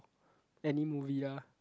any movie lah